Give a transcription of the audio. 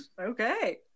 Okay